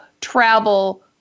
travel